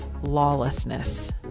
Lawlessness